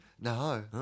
No